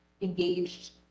engaged